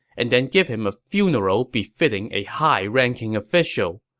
and then give him a funeral befitting a high-ranking official.